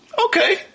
okay